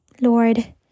Lord